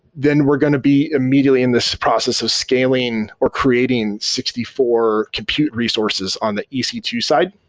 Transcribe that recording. then we're going to be immediately in this process of scaling, or creating sixty four compute resources on the e c two side,